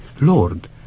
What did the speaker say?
Lord